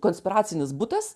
konspiracinis butas